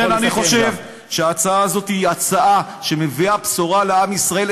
לכן אני חושב שההצעה הזאת היא הצעה שמביאה בשורה לעם ישראל,